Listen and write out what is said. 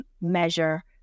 measure